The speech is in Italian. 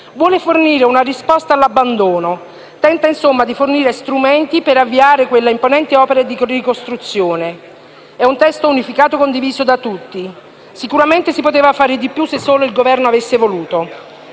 vuole fornire una risposta all'abbandono; esso tenta di fornire strumenti per avviare questa imponente opera di ricostruzione. È un testo unificato condiviso da tutti. Sicuramente si poteva fare di più, se solo il Governo avesse voluto.